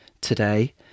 today